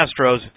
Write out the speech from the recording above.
Astros